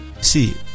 See